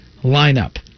lineup